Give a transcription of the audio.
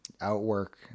outwork